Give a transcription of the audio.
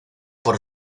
por